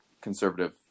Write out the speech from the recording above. conservative